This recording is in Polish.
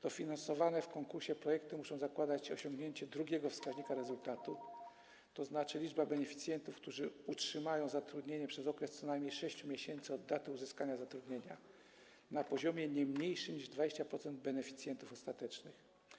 Dofinansowane w konkursie projekty muszą zakładać osiągnięcie drugiego wskaźnika rezultatu, tzn. chodzi o liczbę beneficjentów, którzy utrzymają zatrudnienie przez okres co najmniej 6 miesięcy od daty uzyskania zatrudnienia na poziomie nie niższym niż 20% beneficjentów ostatecznych.